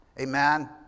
Amen